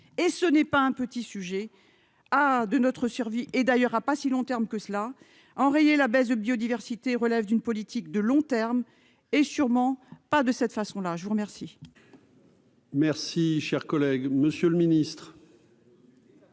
et ce n'est pas un petit sujet à de notre survie et d'ailleurs à pas si long terme que cela enrayer la baisse de biodiversité relève d'une politique de long terme et sûrement pas de cette façon-là, je vous remercie. Merci, cher collègue, Monsieur le Ministre.